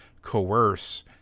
coerce